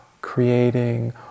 creating